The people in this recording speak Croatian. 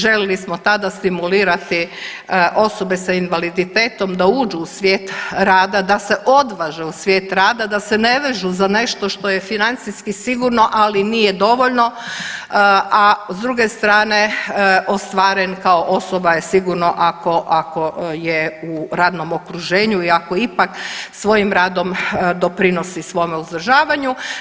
Želili smo tada stimulirati osobe sa invaliditetom da uđu u svijet rada, da se odvaže u svijet rada, da se ne vežu za nešto što je financijski sigurno, ali nije dovoljno a s druge strane ostvaren kao osoba je sigurno ako je u radnom okruženju i ako ipak svojim radom doprinosi svome uzdržavanju.